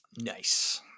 Nice